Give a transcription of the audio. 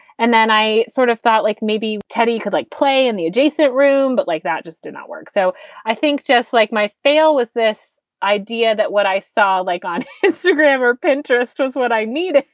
and then i sort of thought, like maybe teddy could play in the adjacent room, but like, that just did not work. so i think just like my faile was this idea that what i saw, like on instagram or pinterest was what i need